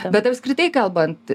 bet apskritai kalbant